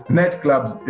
nightclubs